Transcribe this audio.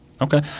Okay